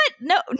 No